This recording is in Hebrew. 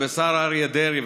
בשר אריה דרעי,